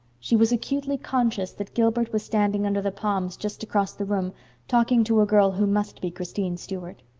she was acutely conscious that gilbert was standing under the palms just across the room talking to a girl who must be christine stuart.